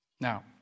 Now